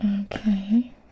Okay